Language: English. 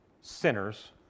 sinners